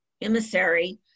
emissary